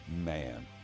man